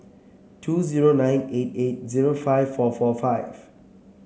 two zero nine eight eight zero five four four five